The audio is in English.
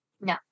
No